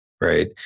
right